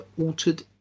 Altered